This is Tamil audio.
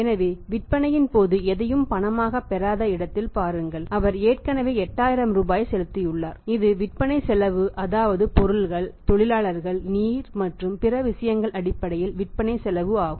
எனவே விற்பனையின் போது எதையும் பணமாகப் பெறாத இடத்தில் பாருங்கள் அவர் ஏற்கனவே 8000 ரூபாயை செலுத்தியுள்ளார் இது விற்பனை செலவு அதாவது பொருள்கள் தொழிலாளர்கள் நீர் மற்றும் பிற விஷயங்களின் அடிப்படையில் விற்பனை செலவு ஆகும்